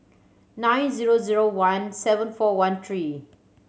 nine zero zero one seven four one three